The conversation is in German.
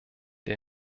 der